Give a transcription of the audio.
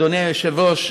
אדוני היושב-ראש,